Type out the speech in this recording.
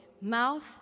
mouth